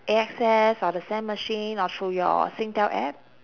A_X_S or the SAM machine or through your singtel app